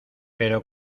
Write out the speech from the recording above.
pero